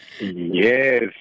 yes